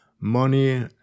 money